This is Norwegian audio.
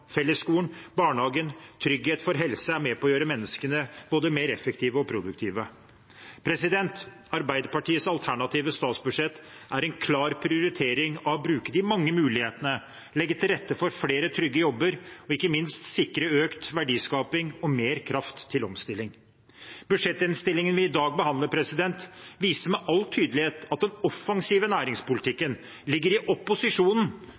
fellesskolen, barnehagen og trygghet for helse er med på å gjøre menneskene både mer effektive og mer produktive. Arbeiderpartiets alternative statsbudsjett er en klar prioritering av å bruke de mange mulighetene, legge til rette for flere trygge jobber og ikke minst sikre økt verdiskaping og mer kraft til omstilling. Budsjettinnstillingen vi i dag behandler, viser med all tydelighet at den offensive næringspolitikken ligger i opposisjonen